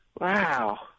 Wow